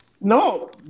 No